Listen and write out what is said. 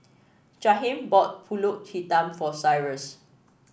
Jaheim bought pulut hitam for Cyrus